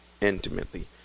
intimately